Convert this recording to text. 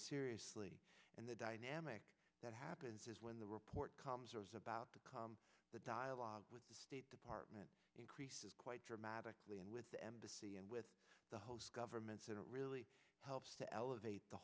seriously and the dynamic that happens is when the report comes or is about to come the dialogue with the state department increases quite dramatically and with the embassy and with the host governments it really helps to elevate the